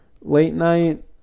late-night